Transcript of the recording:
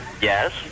Yes